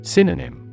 Synonym